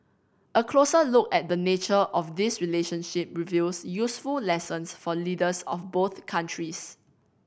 a closer look at the nature of this relationship reveals useful lessons for leaders of both countries